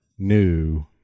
new